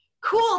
Cool